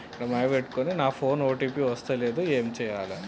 నా ఫోన్ కి ఓ.టీ.పి వస్తలేదు ఏం చేయాలే?